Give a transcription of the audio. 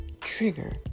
trigger